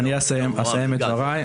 אני אסיים את דבריי.